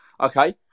Okay